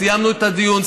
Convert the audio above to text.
סיימנו את הדיון,